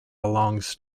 belongs